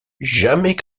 jamais